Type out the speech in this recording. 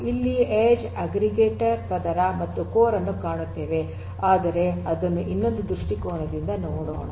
ಇಲ್ಲಿ edge aggregator ಪದರ ಮತ್ತು ಕೋರ್ ಅನ್ನು ಕಾಣುತ್ತೇವೆ ಆದರೆ ಅದನ್ನು ಇನ್ನೊಂದು ದೃಷ್ಟಿಕೋನದಿಂದ ನೋಡೋಣ